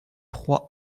troyes